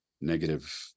negative